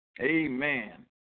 Amen